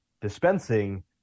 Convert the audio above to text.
dispensing